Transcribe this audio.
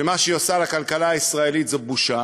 שמה שהיא עושה לכלכלה הישראלית זאת בושה.